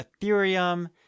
Ethereum